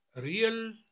real